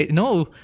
no